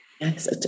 Yes